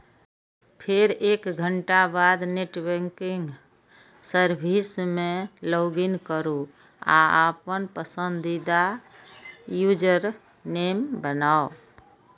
फेर एक घंटाक बाद नेट बैंकिंग सर्विस मे लॉगइन करू आ अपन पसंदीदा यूजरनेम बनाउ